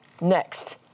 next